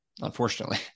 unfortunately